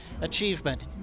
achievement